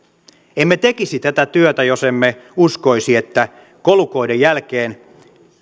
emme tekisi tätä työtä jos emme uskoisi että kolukoiden jälkeen